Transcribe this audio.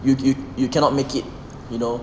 you you you cannot make it you know